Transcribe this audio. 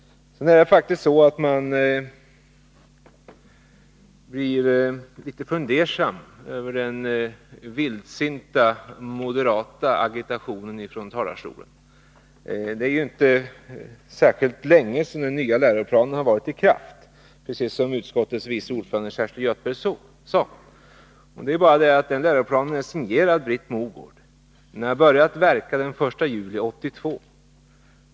Man blir faktiskt litet fundersam över den vildsinta moderata agitationen från talarstolen. Det är inte särskilt länge sedan som den nya läroplanen trädde i kraft, precis som utskottets vice ordförande Kerstin Göthberg sade. Det är bara det att den läroplanen är signerad av Britt Mogård. Den har börjat verka den 1 juli 1982.